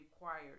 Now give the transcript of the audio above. required